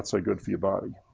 so good for your body.